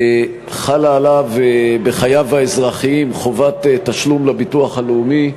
חלה עליו בחייו האזרחיים חובת תשלום לביטוח הלאומי.